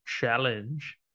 challenge